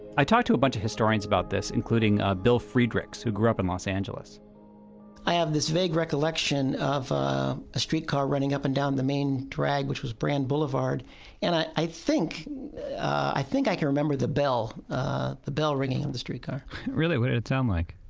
i talked to a bunch of historians about this including a bill friedrichs who grew up in los angeles i have this vague recollection of ah a streetcar running up and down the main drag which was brand boulevard and i i think i think i can remember the bell the bell ringing in the streetcar really. what it it sounds like?